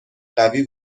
قوی